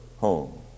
home